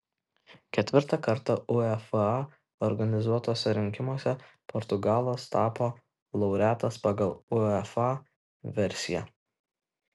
ketvirtą kartą uefa organizuotuose rinkimuose portugalas tapo laureatas pagal uefa versiją